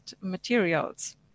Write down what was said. materials